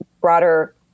broader